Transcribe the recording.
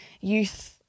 youth